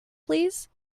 please